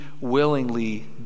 willingly